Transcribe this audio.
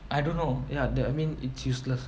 I don't know the ya I mean it's useless